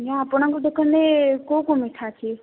ଆଜ୍ଞା ଆପଣଙ୍କ ଦୋକାନ ରେ କେଉଁ କେଉଁ ମିଠା ଅଛି